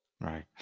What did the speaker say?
Right